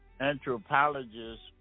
anthropologists